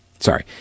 Sorry